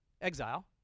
exile